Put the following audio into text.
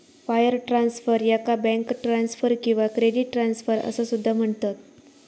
wire transfer, याका bank transfer किंवा credit transfer असा सुद्धा म्हणतत